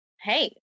hey